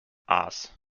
aas